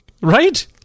Right